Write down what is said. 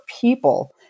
people